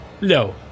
No